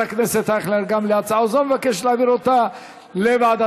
חבר הכנסת אייכלר, ועדת הכספים.